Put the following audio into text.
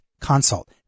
consult